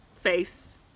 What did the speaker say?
face